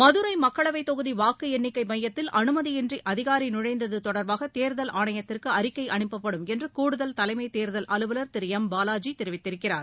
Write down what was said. மதுரை மக்களவை தொகுதி வாக்கு எண்ணிக்கை மையத்தில் அனுமதியின்றி அதிகாரி நுழைந்தது தொடர்பாக தேர்தல் ஆணையத்திற்கு அறிக்கை அனுப்பப்படும் என்று கூடுதல் தலைமைத் தேர்தல் அலுவலர் திரு எம் பாலாஜி தெரிவித்திருக்கிறார்